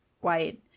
White